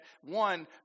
one